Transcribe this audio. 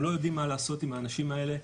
הם לא יודעים מה לעשות עם האנשים האלה.